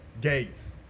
Gates